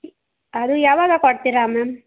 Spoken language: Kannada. ಅದು ಯಾವಾಗ ಕೊಡ್ತೀರಾ ಮ್ಯಾಮ್